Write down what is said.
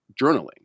journaling